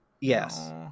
Yes